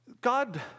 God